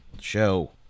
show